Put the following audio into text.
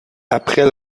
après